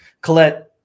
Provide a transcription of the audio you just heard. Colette